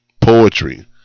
Poetry